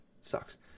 sucks